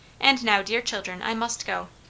and now, dear children. i must go.